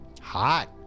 Hot